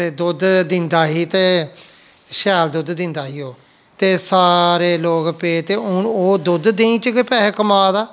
ते दुद्ध दिंदा ही ते शैल दुद्ध दिंदा ही ओह् ते सारे लोक पे ते हून ओह् दुद्ध देही च गै पैसे कमाऽ दा